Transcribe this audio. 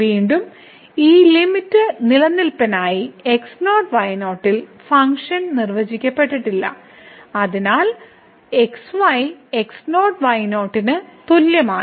വീണ്ടും ഈ ലിമിറ്റ് നിലനിൽപ്പിനായി x0y0 ൽ ഫംഗ്ഷൻ നിർവചിക്കപ്പെടില്ല അതിനാൽ x y x0 y0 ന് തുല്യമാണ്